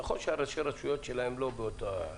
נכון שראשי הרשויות שלהם לא באותה דעה.